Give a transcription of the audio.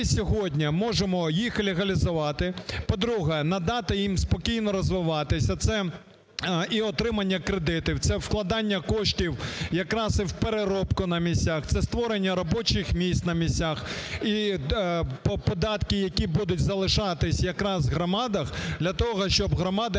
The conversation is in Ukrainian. сьогодні можемо їх легалізувати. По-друге, надати їм спокійно розвиватися. Це і отримання кредитів, це вкладання коштів якраз в переробку на місцях, це створення робочих місць на місцях і податки, які будуть залишатись якраз в громадах для того, щоб громади